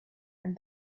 and